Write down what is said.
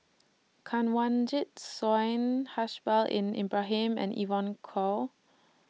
Kanwaljit Soin Haslir Bin Ibrahim and Evon Kow